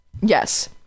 Yes